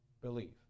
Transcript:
believe